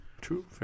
True